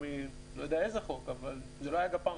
לא יודע מאיזה חוק אבל זה לא היה גפ"מ.